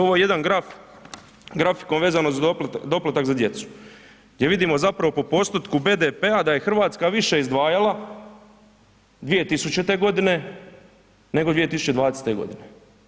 Ovo je jedan graf, graf koji je vezan za doplatak za djecu gdje vidimo zapravo po postotku BDP-a da je Hrvatska više izdvajala 2000. godine nego 2020. godine.